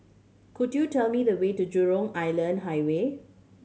could you tell me the way to Jurong Island Highway